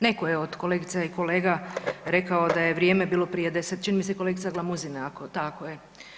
Neko je od kolegica i kolega rekao da je vrijeme bilo prije 10, čini mi se kolegica Glamuzina ako, tako je.